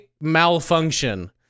malfunction